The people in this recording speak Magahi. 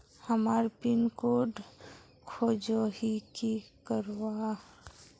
हमार पिन कोड खोजोही की करवार?